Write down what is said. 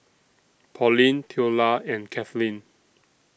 Pauline Theola and Kathleen